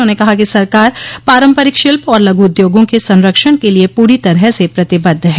उन्होंने कहा कि सरकार पारम्परिक शिल्प और लघु उद्योगों के संरक्षण के लिए पूरी तरह से प्रतिबद्ध है